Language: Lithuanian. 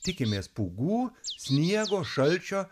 tikimės pūgų sniego šalčio